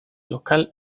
local